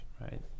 right